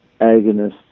agonists